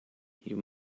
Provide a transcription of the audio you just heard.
you